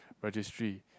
registry